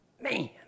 Man